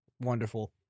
Wonderful